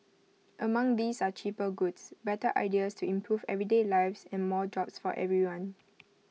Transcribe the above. among these are cheaper goods better ideas to improve everyday lives and more jobs for everyone